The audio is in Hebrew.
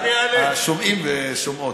שומעים ושומעות,